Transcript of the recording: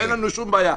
אין לנו שום בעיה,